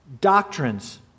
doctrines